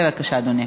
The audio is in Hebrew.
בבקשה, אדוני.